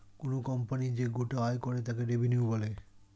কোনো কোম্পানি যে গোটা আয় করে তাকে রেভিনিউ বলে